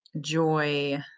joy